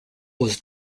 was